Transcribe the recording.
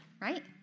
Right